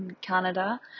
Canada